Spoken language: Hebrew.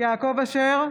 יעקב אשר,